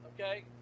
Okay